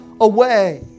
away